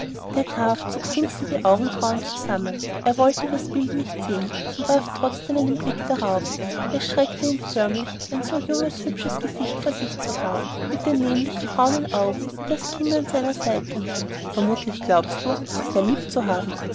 der graf zog finster die augenbrauen zusammen er wollte das bild nicht sehen und warf trotzdem einen blick darauf es erschreckte ihn förmlich ein so junges hübsches gesicht vor sich zu haben mit den nämlichen braunen augen wie das kind an seiner seite vermutlich glaubst du sie sehr lieb zu haben